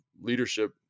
leadership